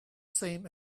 same